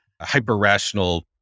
hyper-rational